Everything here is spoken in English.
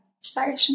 Sorry